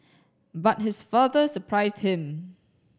but his father surprised him